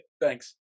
Thanks